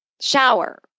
Shower